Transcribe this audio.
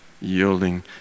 Yielding